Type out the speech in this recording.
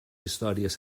històries